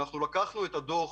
אנחנו לקחנו את הדוח